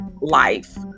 life